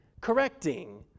correcting